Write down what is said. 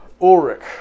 Ulrich